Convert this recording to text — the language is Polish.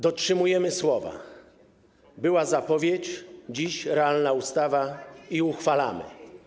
Dotrzymujemy słowa, była zapowiedź, dziś realna ustawa i uchwalamy.